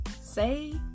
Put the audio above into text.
Say